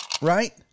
Right